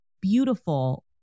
beautiful